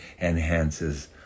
enhances